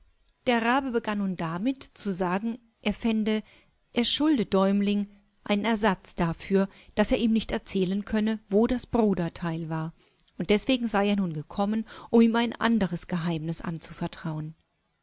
der rabe begann nun damit zu sagen er fände er schulde däumling einen ersatz dafür daß er ihm nicht erzählen könne wo das bruderteil war und deswegen sei er nun gekommen um ihm ein anderes geheimnis anzuvertrauen